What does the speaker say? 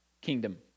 kingdom